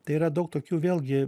tai yra daug tokių vėlgi